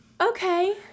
Okay